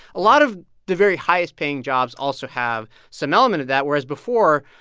a lot of the very highest paying jobs also have some element of that, whereas before,